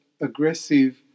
aggressive